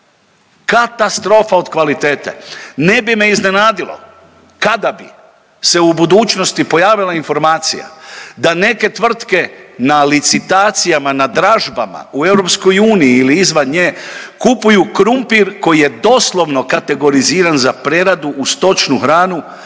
katastrofa od kvalitete. Ne bi me iznenadilo kada bi se u budućnosti pojavila informacija da neke tvrtke na licitacijama, na dražbama u EU ili izvan nje kupuju krumpir koji je doslovno kategoriziran za preradu u stočnu hranu